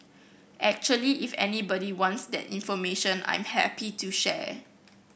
actually if anybody wants that information I'm happy to share